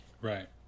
Right